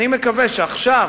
עכשיו,